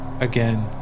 Again